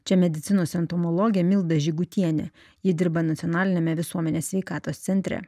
čia medicinos entomologė milda žygutienė ji dirba nacionaliniame visuomenės sveikatos centre